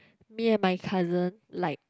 me and my cousin like